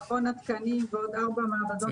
מכון התקנים ועוד ארבע מעבדות.